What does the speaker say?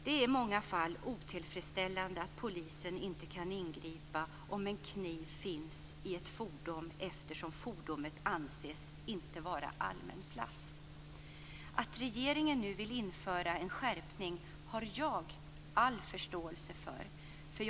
Det är i många fall otillfredsställande att polisen inte kan ingripa om en kniv finns i ett fordon eftersom fordonet inte anses vara allmän plats. Jag har all förståelse för att regeringen vill införa en skärpning.